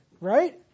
right